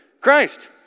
Christ